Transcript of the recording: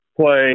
play